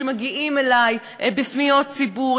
שמגיעים אלי בפניות ציבור.